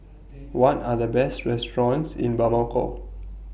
What Are The Best restaurants in Bamako